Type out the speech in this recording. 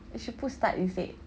you should put stud instead